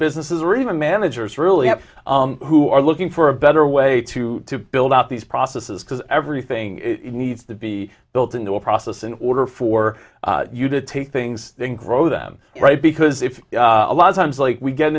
businesses or even managers really have who are looking for a better way to build out these processes because everything needs to be built into a process in order for you to take things then grow them right because if a lot of times like we get